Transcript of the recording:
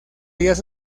días